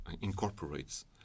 incorporates